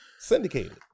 syndicated